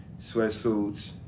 sweatsuits